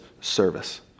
service